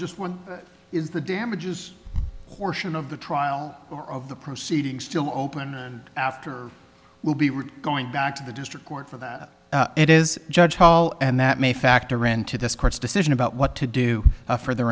just one is the damages portion of the trial of the proceedings still open and after will be going back to the district court for that it is judge hall and that may factor into this court's decision about what to do for the